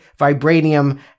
vibranium